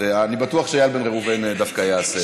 ואני בטוח שאיל בן ראובן דווקא יעשה את זה.